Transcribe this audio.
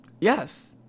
Yes